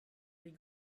les